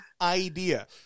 idea